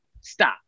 stop